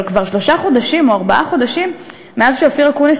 אבל עברו כבר שלושה חודשים או ארבעה חודשים מאז אופיר אקוניס